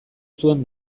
zuen